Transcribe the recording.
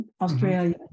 Australia